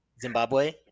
zimbabwe